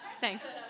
thanks